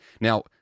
Now